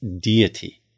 deity